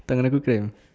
tangan aku cramp